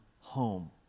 home